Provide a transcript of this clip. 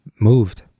moved